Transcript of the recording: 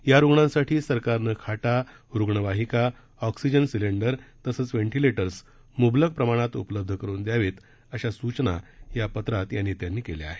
या रुग्णांसाठी सरकारनं खाटा रूग्णवाहीका ऑक्सीजन सिलेंडर तसंच व्हेंटिलेटर्स मुबलक प्रमाणात उपलब्ध करून द्यावेत अशा सूचना या पत्रात नेत्यांनी केल्या आहेत